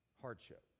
hardship